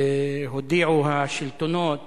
הודיעו השלטונות